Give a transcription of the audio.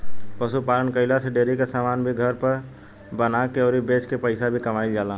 पशु पालन कईला से डेरी के समान भी घर पर बना के अउरी बेच के पईसा भी कमाईल जाला